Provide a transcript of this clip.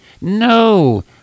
no